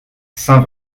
saint